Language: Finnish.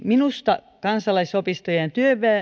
minusta kansalaisopistojen